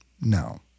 No